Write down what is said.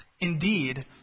Indeed